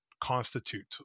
constitute